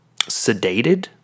sedated